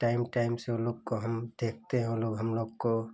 time time से उन लोग को हम देखते हैं वह हमलोग को